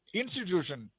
institution